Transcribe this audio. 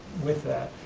with that.